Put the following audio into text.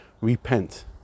repent